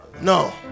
No